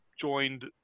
joined